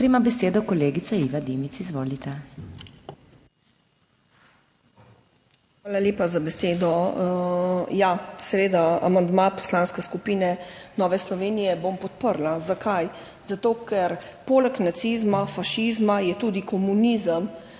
ima besedo kolegica Iva Dimic. Izvolite. IVA DIMIC (PS NSi): Hvala lepa za besedo. Ja, seveda, amandma Poslanske skupine Nove Slovenije bom podprla. Zakaj? Zato, ker poleg nacizma, fašizma je tudi komunizem